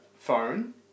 phone